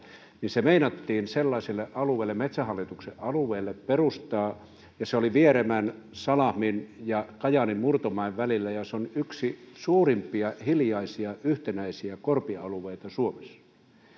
niin se meinattiin sellaiselle metsähallituksen alueelle perustaa vieremän salahmin ja kajaanin murtomäen välillä joka on yksi suurimpia hiljaisia yhtenäisiä korpialueita